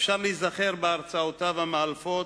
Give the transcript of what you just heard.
אפשר להיזכר בהרצאותיו המאלפות,